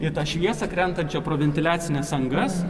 į tą šviesą krentančią pro ventiliacines angas